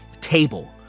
table